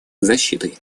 защитой